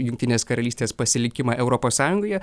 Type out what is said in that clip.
jungtinės karalystės pasilikimą europos sąjungoje